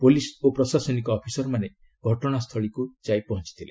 police ଓ ପ୍ରଶାସନିକ ଅଫିସରମାନେ ଘଟଣା ସ୍ଥଳୀରେ ଯାଇ ପହଞ୍ଚିଥିଲେ